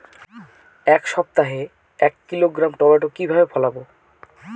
এক সপ্তাহে এক কিলোগ্রাম টমেটো কিভাবে ফলাবো?